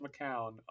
mccown